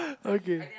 okay